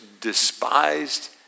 despised